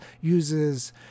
uses